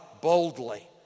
boldly